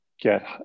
get